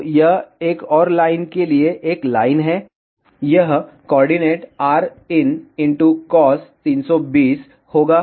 तो यह एक और लाइन के लिए एक लाइन है यह कोऑर्डिनेट rin cos320 होगा